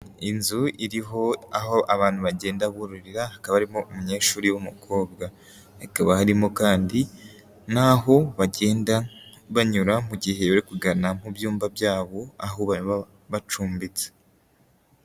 Inzu iriho aho abantu bagenda buririra, hakaba barimo umunyeshuri w'umukobwa, hakaba harimo kandi n'aho bagenda banyura mu gihe bari kugana mu byumba byabo aho baba bacumbitse.